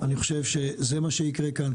אני חושב שזה מה שיקרה כאן,